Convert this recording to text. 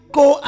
go